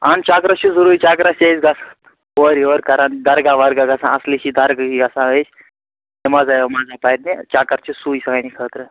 اہن چکرَس چھُ ضُروٗری چکرَس کیٛازِ گَژھو نہٕ اورٕ یور کَران درگاہ ورگاہ گَژھان اَصلی چھِی درگاہٕے گَژھان أسۍ نیٚمازا ویٚمازا پرنہِ چَکر چھُ سُے سانہِ خٲطرٕ